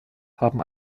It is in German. haben